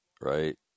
right